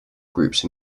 groups